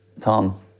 Tom